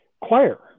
choir